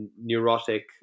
neurotic